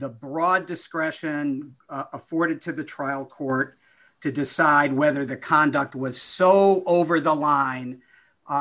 the broad discretion afforded to the trial court to decide whether the conduct was so over the line